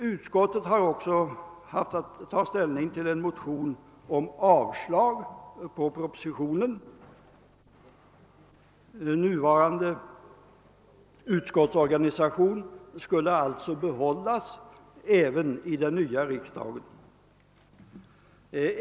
Utskottet har också haft att ta ställ ning till en motion vari yrkas avslag på propositionen. Nuvarande utskottsorganisation skulle alltså behållas även i den nya riksdagen.